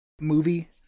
movie